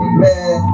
man